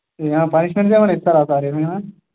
ఇక పనిష్మెంట్స్ ఏమైనా ఇస్తారా సార్ ఏమైన